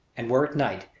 and, were it night,